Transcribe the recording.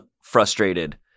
frustrated